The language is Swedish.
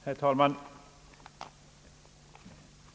Herr talman!